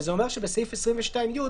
וזה אומר שבסעיף 22י,